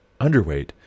underweight